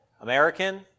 American